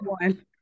one